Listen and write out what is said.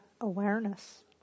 awareness